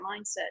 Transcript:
mindset